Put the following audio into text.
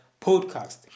podcast